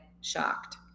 shocked